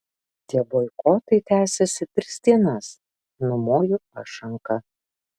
tie boikotai tęsiasi tris dienas numoju aš ranka